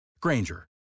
Granger